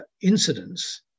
incidents